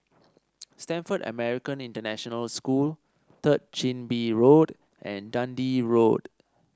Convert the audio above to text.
Stamford American International School Third Chin Bee Road and Dundee Road